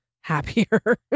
happier